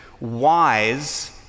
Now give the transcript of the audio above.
wise